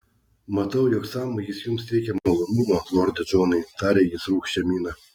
matau jog sąmojis jums teikia malonumo lorde džonai tarė jis rūgščia mina